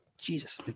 Jesus